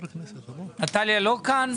נטליה לא כאן?